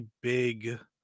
big